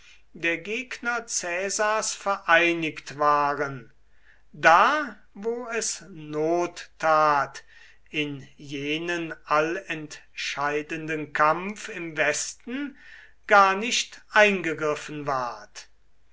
der gegner caesars vereinigt waren da wo es not tat in jenen allentscheidenden kampf im westen gar nicht eingegriffen ward